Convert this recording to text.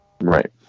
right